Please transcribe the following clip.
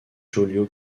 joliot